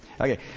Okay